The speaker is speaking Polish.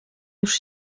już